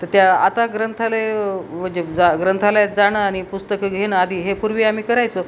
तर त्या आता ग्रंथालय म्हणजे जा ग्रंथालयात जाणं आणि पुस्तकं घेणं आधी हे पूर्वी आम्ही करायचो